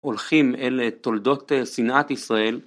הולכים אל תולדות שנאת ישראל.